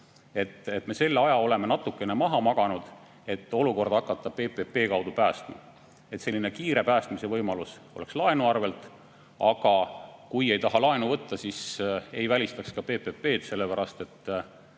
Me selle aja oleme natukene maha maganud, et hakata olukorda PPP abil päästma. Kiire päästmise võimalus oleks laenu abil. Aga kui ei taha laenu võtta, siis ei välistaks ka PPP-d, sellepärast et